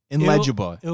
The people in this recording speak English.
Inlegible